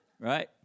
right